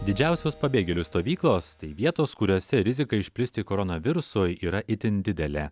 didžiausios pabėgėlių stovyklos tai vietos kuriose rizika išplisti koronavirusui yra itin didelė